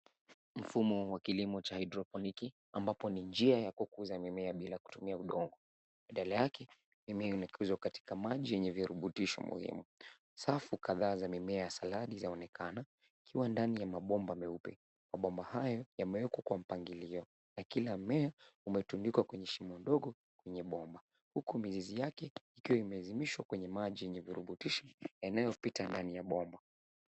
Mfumo wa kilimo cha haidroponiki ambapo ni njia ya kukuza mimea bila kutumia udongo, badala yake, mimea imekuzwa katika maji yenye virutubisho muhimu. Safu kadhaa za mimea ya saladi zaonekana, ikiwa ndani ya mabomba meupe. Mabomba hayo yamewekwa kwa mpangilio na kila mmea umetundikwa kwenye shimo ndogo kwenye bomba, huku mizizi yake ikiwa imezimishwa kwenye maji yenye virutubisho yanayopita ndani ya bomba.